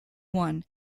won